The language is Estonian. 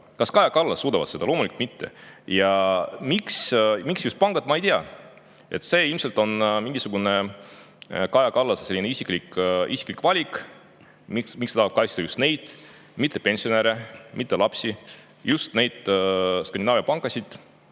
ja Kaja Kallas suudavad seda? Loomulikult mitte. Ja miks just pangad? Ma ei tea. See ilmselt on mingisugune Kaja Kallase isiklik valik, miks ta tahab kaitsta just neid, mitte pensionäre ega lapsi, vaid just neid Skandinaavia pankasid.